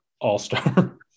all-star